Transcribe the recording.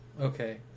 Okay